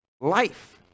life